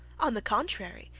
on the contrary,